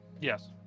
Yes